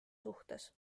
suhtes